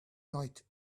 night